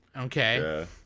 okay